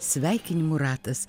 sveikinimų ratas